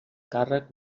càrrec